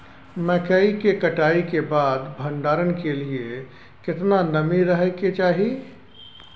मकई के कटाई के बाद भंडारन के लिए केतना नमी रहै के चाही?